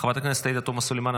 חברת הכנסת עאידה תומא סלימאן,